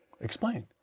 Explain